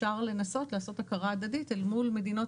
אפשר לנסות לעשות הכרה הדדית אל מול מדינות